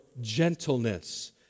gentleness